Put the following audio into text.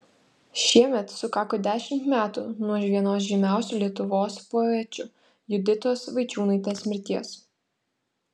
šiemet sukako dešimt metų nuo vienos žymiausių lietuvių poečių juditos vaičiūnaitės mirties